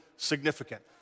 Significant